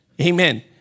Amen